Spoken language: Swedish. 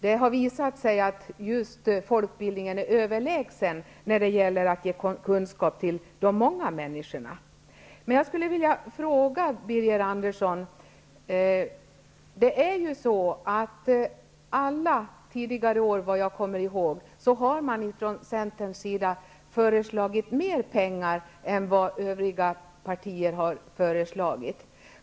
Det har visat sig att just folkbildningen är överlägsen när det gäller att ge kunskap till de många människorna. Varje år har Centern, som jag kommer ihåg, föreslagit mer pengar än övriga partier.